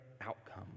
outcome